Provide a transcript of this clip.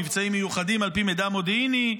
מבצעים מיוחדים על פי מידע מודיעיני.